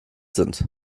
sind